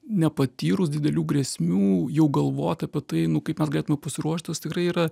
nepatyrus didelių grėsmių jau galvot apie tai nu kaip mes galėtume pasiruošt tas tikrai yra